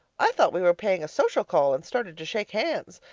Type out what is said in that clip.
i thought we were paying a social call, and started to shake hands,